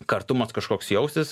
kartumas kažkoks jaustis